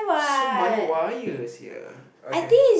so many wires here okay